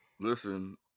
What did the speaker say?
Listen